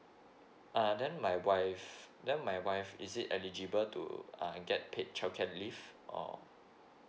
uh then my wife then my wife is it eligible to uh get paid child care leave or